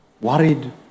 worried